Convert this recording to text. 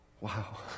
wow